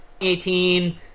2018